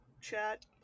chat